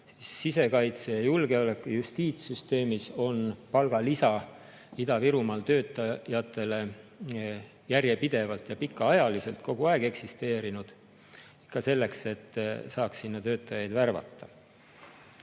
sisejulgeoleku- ja justiitssüsteemis on palgalisa Ida-Virumaal töötajatele järjepidevalt ja pikaajaliselt kogu aeg eksisteerinud, ikka selleks, et saaks sinna töötajaid värvata.